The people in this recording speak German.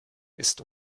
ist